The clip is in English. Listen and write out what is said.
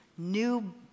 new